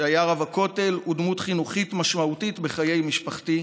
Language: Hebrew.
שהיה רב הכותל ודמות חינוכית משמעותית בחיי משפחתי,